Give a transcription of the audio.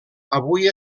avui